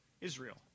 Israel